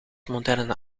moderne